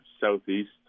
southeast